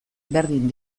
berdin